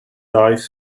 dive